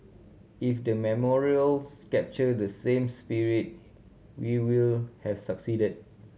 if the memorials captured the same spirit we will have succeeded